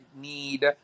need